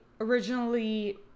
originally